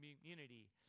community